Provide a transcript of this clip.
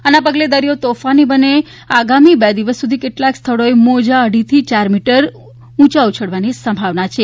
આના પગલે દરિયો તોફાની બનીને આગામી બે દિવસ સુધી કેટલાક સ્થળોએ મોજા અઢીથી ચાર મીટર સુધી ઉછળવાની સંભાવના છે